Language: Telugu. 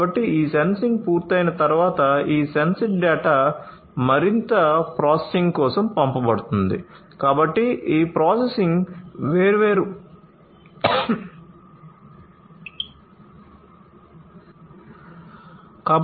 కాబట్టి ఈ సెన్సింగ్ పూర్తయిన తర్వాత ఈ sensed డేటా మరింత ప్రాసెసింగ్ కోసం పంపబడుతుంది